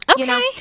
Okay